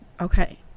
Okay